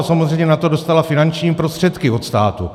A samozřejmě na to dostalo finanční prostředky od státu.